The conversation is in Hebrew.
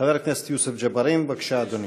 חבר הכנסת יוסף ג'בארין, בבקשה, אדוני.